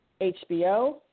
HBO